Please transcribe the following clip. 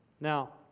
Now